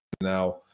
now